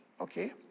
Okay